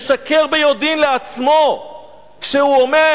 משקר ביודעין לעצמו כשהוא אומר: